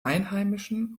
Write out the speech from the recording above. einheimischen